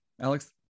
Alex